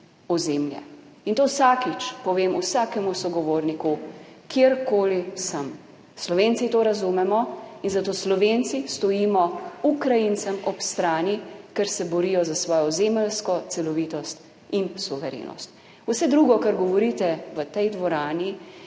ozemlje. In to vsakič povem vsakemu sogovorniku, kjerkoli sem. Slovenci to razumemo in zato Slovenci stojimo Ukrajincem ob strani, ker se borijo za svojo ozemeljsko celovitost in suverenost. Vse drugo, kar govorite v tej dvorani,